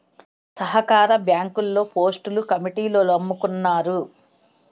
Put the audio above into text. సహకార బ్యాంకుల్లో పోస్టులు కమిటీలోల్లమ్ముకున్నారు